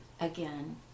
again